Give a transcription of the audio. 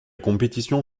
compétition